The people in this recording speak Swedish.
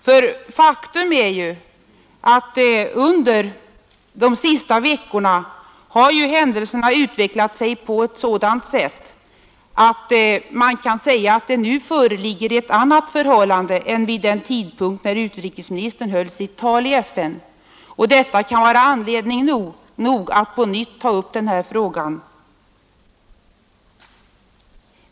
För faktum är ju att under de senaste veckorna har händelserna utvecklat sig på ett sådant sätt att man kan säga att det nu föreligger ett annat förhållande än vid den tidpunkt när utrikesministern höll sitt tal i FN, och detta kan vara anledning nog att på nytt ta upp den här frågan.